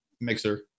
Mixer